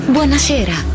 Buonasera